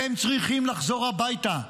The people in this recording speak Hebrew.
והם צריכים לחזור הביתה.